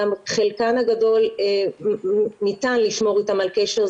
חלקן הגדול ניתן לשמור איתן על קשר,